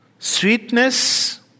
Sweetness